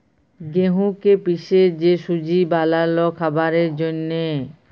গেঁহুকে পিসে যে সুজি বালাল খাবারের জ্যনহে